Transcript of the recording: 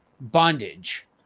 bondage